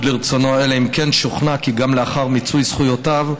לרצונו אלא אם כן שוכנע כי גם לאחר מיצוי זכויותיו,